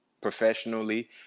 professionally